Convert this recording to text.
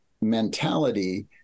mentality